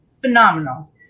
phenomenal